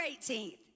18th